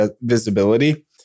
visibility